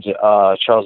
Charles